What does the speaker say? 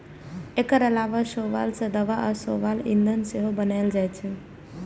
एकर अलावा शैवाल सं दवा आ शैवाल ईंधन सेहो बनाएल जाइ छै